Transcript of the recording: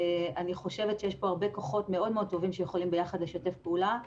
אני חושבת שיש פה הרבה כוחות מאוד טובים שיכולים ביחד לשתף פעולה,